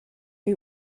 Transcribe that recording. who